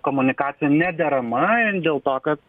komunikacija nederama dėl to kad